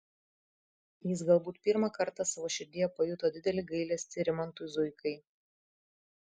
jis galbūt pirmą kartą savo širdyje pajuto didelį gailestį rimantui zuikai